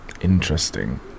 Interesting